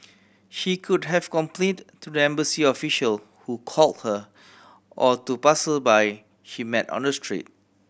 she could have complained to the embassy official who called her or to passersby she met on the street